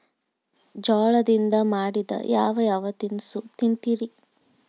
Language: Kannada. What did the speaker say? ಜೋಳದಿಂದ ಮಾಡಿದ ಯಾವ್ ಯಾವ್ ತಿನಸು ತಿಂತಿರಿ?